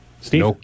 Steve